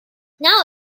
now